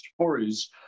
stories